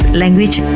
language